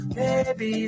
baby